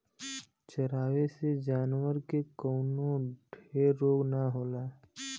चरावे से जानवर के कवनो ढेर रोग ना होला